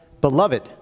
Beloved